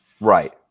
Right